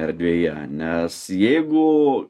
erdvėje nes jeigu